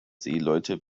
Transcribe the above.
seeleute